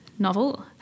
Novel